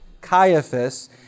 Caiaphas